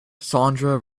sandra